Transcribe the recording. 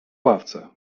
ławce